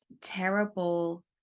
terrible